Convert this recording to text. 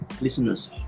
listeners